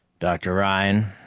dr. ryan,